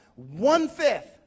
one-fifth